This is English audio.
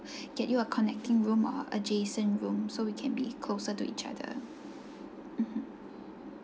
get you a connecting room or adjacent room so you can be closer to each other mmhmm